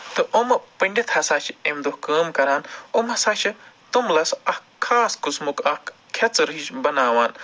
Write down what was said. تہٕ یِم پنٛڈِتھ ہسا چھِ أمۍ دۄہ کٲم کران یِم ہسا چھِ تُملَس اَکھ خاص قسمُک اَکھ کھٮ۪ژٕر ہِش بناوان